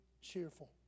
cheerful